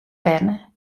berne